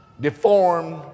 Deformed